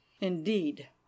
Indeed